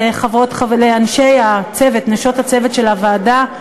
לנשות הצוות של הוועדה,